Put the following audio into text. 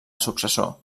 successor